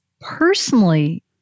Personally